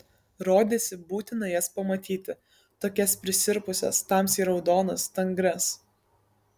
rodėsi būtina jas pamatyti tokias prisirpusias tamsiai raudonas stangrias